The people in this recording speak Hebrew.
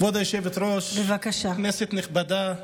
כבוד היושבת-ראש, כנסת נכבדה,